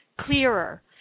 clearer